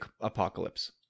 apocalypse